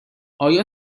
آیا